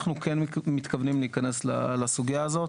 אנחנו כן מתכוונים להיכנס לסוגייה הזאת.